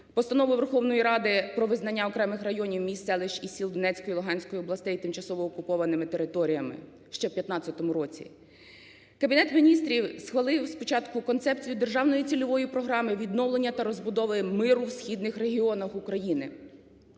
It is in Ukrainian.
Постанову Верховної Ради "Про визнання окремих районів, міст, селищ і сіл Донецької і Луганської областей тимчасово окупованими територіями" ще в 2015 році. Кабінету Міністрів схвалив спочатку Концепцію державної цільової програми відновлення та розбудови миру в східних регіонах України.